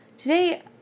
Today